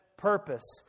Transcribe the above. Purpose